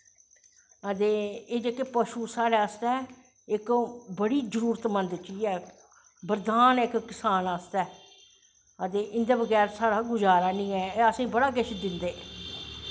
ते एह् जेह्का पशु साढ़े आस्तै इक बड़ी जरूरतमंद चीज़ ऐ बरदान ऐ इक किसान आस्तै ते इंदै बगैर साढ़ा गुज़ारा नी ऐ एह् असेंगी बड़ी कुछ दिंदे